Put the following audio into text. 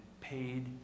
paid